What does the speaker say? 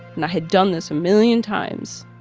and i had done this a million times.